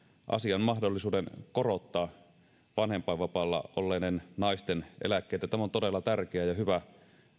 asian mahdollisuuden korottaa vanhempainvapaalla olleiden naisten eläkkeitä tämä on todella tärkeä ja hyvä